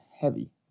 heavy